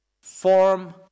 form